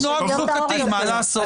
יש נוהג חוקתי, מה לעשות.